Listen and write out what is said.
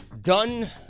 done